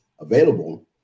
available